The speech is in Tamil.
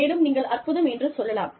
மேலும் நீங்கள் அற்புதம் என்று சொல்லலாம்